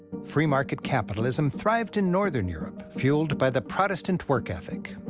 free-market capitalism thrived in northern europe, fueled by the protestant work ethic.